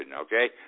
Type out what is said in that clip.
okay